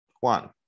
One